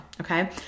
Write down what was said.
Okay